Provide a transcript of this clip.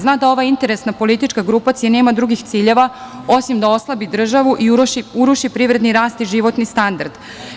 Zna da ova interesna politička grupacija nema drugih ciljeva, osim da oslabi državu i uruši privredni rast i životni standard.